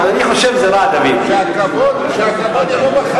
שהכבוד יבוא,